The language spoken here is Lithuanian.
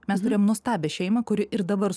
mes turėjom nuostabią šeimą kuri ir dabar